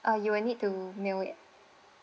uh you will need to mail it